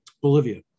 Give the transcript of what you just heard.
Bolivia